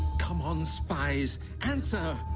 come on spies answer.